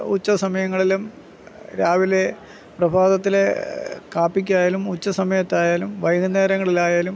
ഉച്ചസമയങ്ങളിലും രാവിലെ പ്രഭാതത്തിലെ കാപ്പിക്ക് ആയാലും ഉച്ച സമയത്തായാലും വൈകുന്നേരങ്ങളിലായാലും